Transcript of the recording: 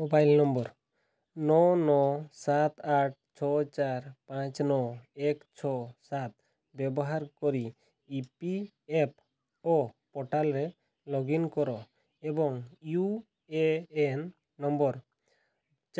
mobile number ନଅ ନଅ ସାତ ଆଠ ଛଅ ଚାରି ପାଞ୍ଚ ନଅ ଏକ ଛଅ ସାତ ବ୍ୟବହାର କରି ଇ ପି ଏଫ୍ ଓ ପୋର୍ଟାଲ୍ରେ ଲଗ୍ଇନ୍ କର ଏବଂ ୟୁ ଏ ଏନ୍ ନମ୍ବର